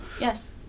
Yes